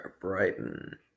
Brighton